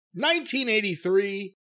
1983